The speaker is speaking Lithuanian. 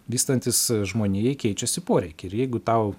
vystantis žmonijai keičiasi poreikiai ir jeigu tau